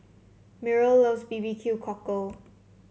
Myrl loves B B Q Cockle